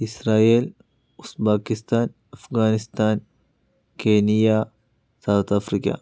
Israel Uzbekistan Afghanistan Kenya South Africa